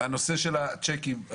בנושא של הצ'קים.